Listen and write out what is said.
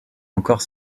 encore